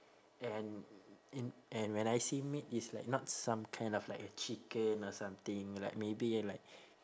and and and when I say meat it's like not some kind of like a chicken or something like maybe like